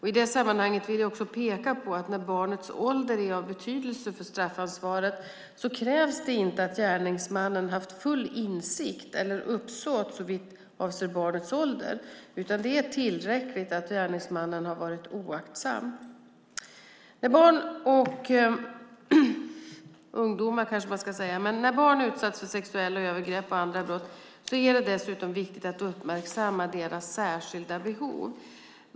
I det sammanhanget vill jag också peka på att när barnets ålder är av betydelse för straffansvaret krävs det inte att gärningsmannen haft full insikt eller uppsåt såvitt avser barnets ålder, utan det är tillräckligt att gärningsmannen har varit oaktsam. När barn utsatts för sexuella övergrepp och andra brott är det dessutom viktigt att uppmärksamma deras särskilda behov.